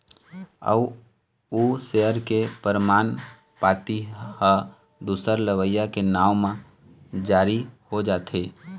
अउ ओ सेयर के परमान पाती ह दूसर लेवइया के नांव म जारी हो जाथे